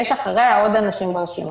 יש אחריה עוד אנשים ברשימה.